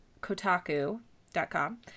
Kotaku.com